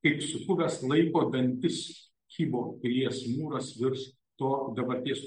kaip supuvęs laiko dantis kybo pilies mūras virš to dabarties